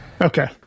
Okay